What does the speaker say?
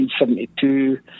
1972